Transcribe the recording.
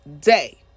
day